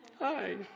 hi